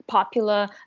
popular